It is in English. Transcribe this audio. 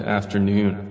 afternoon